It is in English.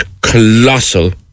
colossal